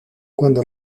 cuando